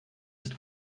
ist